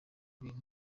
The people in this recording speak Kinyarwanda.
bintu